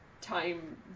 time